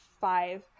five